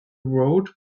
road